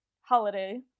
holiday